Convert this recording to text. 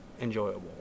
enjoyable